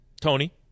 Tony